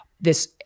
this-